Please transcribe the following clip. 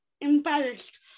embarrassed